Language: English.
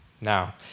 now